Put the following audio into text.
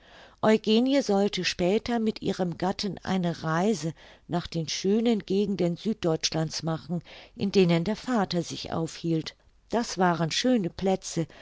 eugenie sollte später mit ihrem gatten eine reise nach den schönen gegenden süddeutschlands machen in denen der vater sich aufhielt das waren schöne pläne